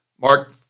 Mark